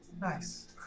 nice